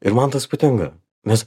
ir man tas patinka nes